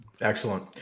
Excellent